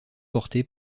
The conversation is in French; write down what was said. porté